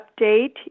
update